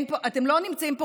אתם לא נמצאים פה,